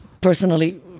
personally